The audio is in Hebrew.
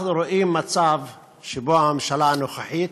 אנחנו רואים מצב שבו הממשלה הנוכחית,